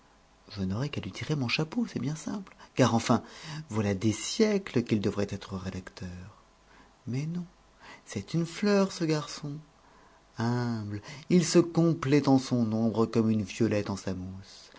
je n'aurais qu'à lui tirer mon chapeau c'est bien simple car enfin voilà des siècles qu'il devrait être rédacteur mais non c'est une fleur ce garçon humble il se complaît en son ombre comme une violette en sa mousse